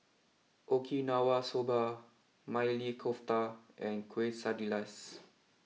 Okinawa Soba Maili Kofta and Quesadillas